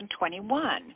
2021